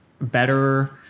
better